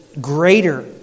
greater